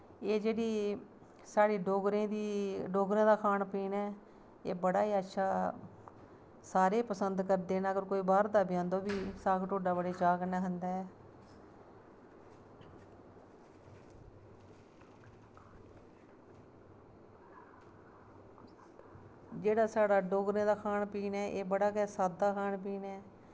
एह् जेह्ड़ी साढ़े डोगरें दी डोगरें दा खान पीन ऐ एह् बड़ा गै अच्छा सारे पसंद करदे न अगर कोई बाह्र दा बी आंदा ओह् बी साग ढोड्डा बड़े चाऽ कन्नै खंदा ऐ जेह्ड़ा साढ़ा डोगरें दा खान पीन ऐ एह् बड़ा गै सादा खान पीन ऐ